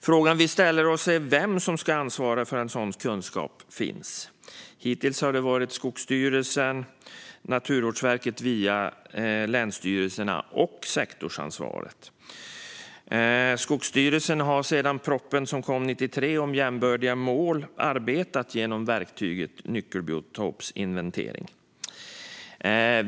Frågan vi ställer oss är vem som ska ansvara för att en sådan kunskap finns. Hittills har det varit Skogsstyrelsen och Naturvårdsverket via länsstyrelserna. Det handlar också om sektorsansvaret. Skogsstyrelsen har, sedan propositionen om jämbördiga mål kom 1993, arbetat genom verktyget nyckelbiotopsinventering.